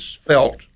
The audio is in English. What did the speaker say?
felt